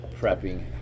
prepping